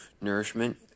nourishment